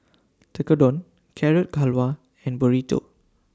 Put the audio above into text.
Tekkadon Carrot Halwa and Burrito